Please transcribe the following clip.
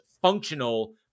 functional